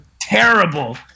terrible